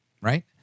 right